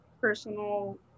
personal